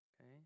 okay